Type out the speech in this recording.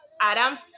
adam